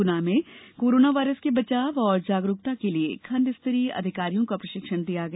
गुना में कोरोनावायरस के बचाव एवं जागरूकता हेतु खंड स्तरीय अधिकारियों का प्रशिक्षण दिया गया